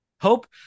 Hope